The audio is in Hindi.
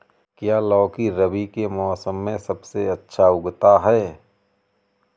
क्या लौकी रबी के मौसम में सबसे अच्छा उगता है?